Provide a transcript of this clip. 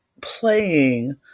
playing